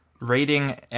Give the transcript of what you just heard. rating